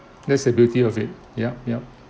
that's the beauty of it yup yup